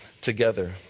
together